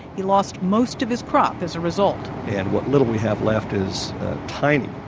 he lost most of his crop as a result. and what little we have left is tiny,